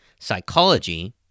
psychology